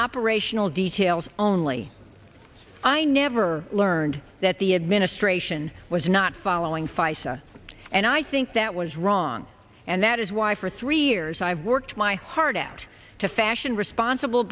operational details only i never learned that the administration was not following fice and i think that was wrong and that is why for three years i have worked my heart out to fashion responsible